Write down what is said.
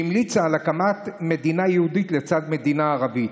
שהמליצה על הקמת מדינה יהודית לצד מדינה ערבית.